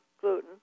gluten